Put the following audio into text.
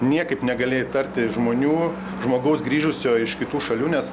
niekaip negali įtarti žmonių žmogaus grįžusio iš kitų šalių nes